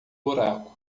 buraco